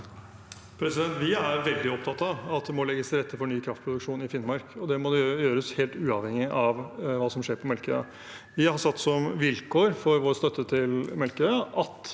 Vi er veldig opptatt av at det må legges til rette for ny kraftproduksjon i Finnmark, og det må gjøres helt uavhengig av hva som skjer på Melkøya. Vi har satt som vilkår for vår støtte til Melkøya at